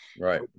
Right